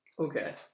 Okay